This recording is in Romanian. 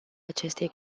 acestei